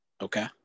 Okay